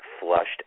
flushed